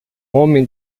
homem